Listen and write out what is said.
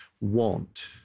want